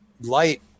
light